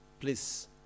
please